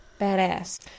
badass